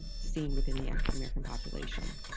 seen within the african-american population.